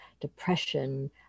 depression